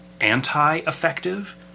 anti-effective